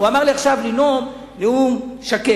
הוא אמר לי עכשיו לנאום נאום שקט.